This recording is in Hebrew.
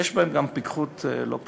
יש בהם גם פיקחות מובנית,